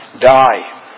die